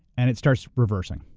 and it starts reversing.